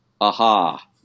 aha